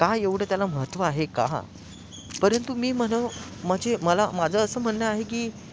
का एवढं त्याला महत्त्व आहे का परंतु मी म्हणतो म्हणजे मला माझं असं म्हणणं आहे की